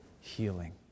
healing